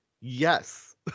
yes